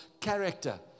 character